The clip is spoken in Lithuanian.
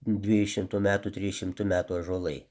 dviejų šimtų metų trijų šimtų metų ąžuolai